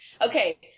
Okay